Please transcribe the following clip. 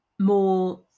More